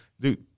Dude